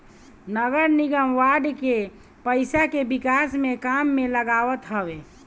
नगरनिगम बांड के पईसा के विकास के काम में लगावत हवे